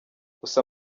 gusa